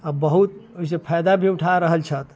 आ बहुत ओहि से फायदा भी उठा रहल छथि